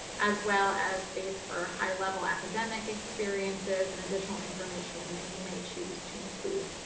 as well as space for high-level academic experiences and additional information that you may choose to include.